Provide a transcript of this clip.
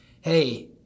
Hey